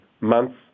months